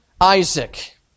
Isaac